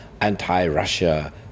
anti-russia